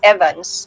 Evans